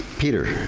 peter,